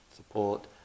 support